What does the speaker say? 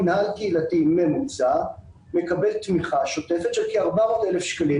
מינהל קהילתי ממוצע מקבל תמיכה שוטפת של כ-400 אלף שקלים.